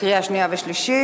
קריאה שנייה ושלישית.